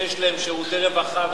שירותי רווחה וחינוך,